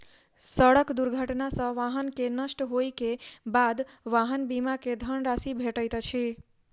सड़क दुर्घटना सॅ वाहन के नष्ट होइ के बाद वाहन बीमा के धन राशि भेटैत अछि